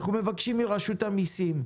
אנחנו מבקשים מרשות המיסים,